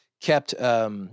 kept –